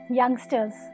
youngsters